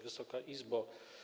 Wysoka Izbo!